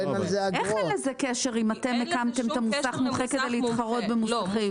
איך אין לזה קשר אם אתם הקמתם את המוסך מומחה כדי להתחרות במוסכים?